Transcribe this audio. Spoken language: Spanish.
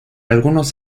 algunos